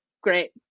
great